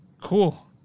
Cool